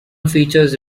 features